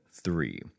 three